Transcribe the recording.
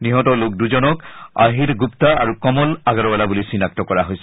নিহত লোক দুজনক অহিৰা গুপ্তা আৰু কমল আগৰৱালা বুলি চিনাক্ত কৰা হৈছে